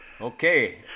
okay